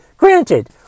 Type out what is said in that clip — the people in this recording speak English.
Granted